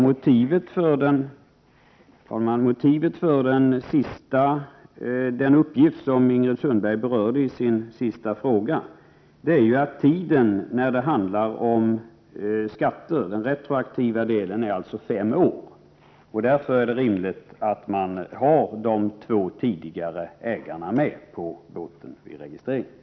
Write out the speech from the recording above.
Herr talman! Motivet för uppgiften om tidigare ägare är att tidsgränsen i fråga om retroaktiv beskattning är fem år. Därför är det rimligt att ha med en uppgift om de två tidigare ägarna till båten vid registreringen.